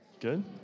Good